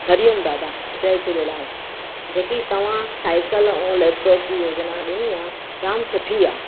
हरिओम दादा जय झूलेलाल जेकी तव्हां साइकिल ऐं लैपटॉप जी योजना ॾिनी आहे जाम सुठी आहे